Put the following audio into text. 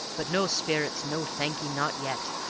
but no sperrits no, thank'ee not yet!